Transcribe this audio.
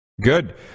Good